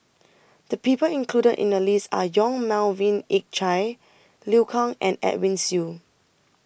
The People included in The list Are Yong Melvin Yik Chye Liu Kang and Edwin Siew